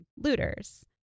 looters